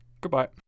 Goodbye